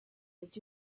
did